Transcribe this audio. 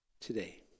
today